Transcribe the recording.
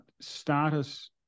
status